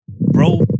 Bro